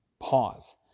Pause